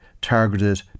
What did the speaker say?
targeted